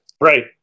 Right